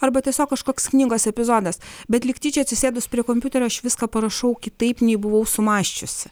arba tiesiog kažkoks knygos epizodas bet lyg tyčia atsisėdus prie kompiuterio aš viską parašau kitaip nei buvau sumąsčiusi